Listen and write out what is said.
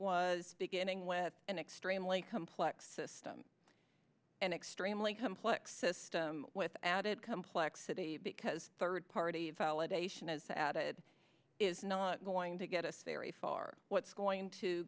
was beginning with an extremely complex system an extremely complex system with added complexity because third party validation is that it is not going to get us there a far what's going to